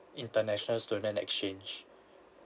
international student exchange